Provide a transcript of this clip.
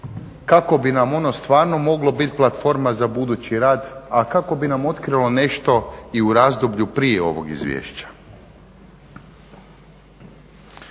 kako bi nam ono stvarno moglo bit platforma za budući rad, a kako bi nam otkrilo nešto i u razdoblju prije ovog izvješća.